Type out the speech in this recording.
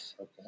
Okay